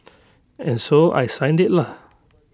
and so I signed IT lah